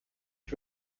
ich